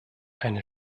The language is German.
eine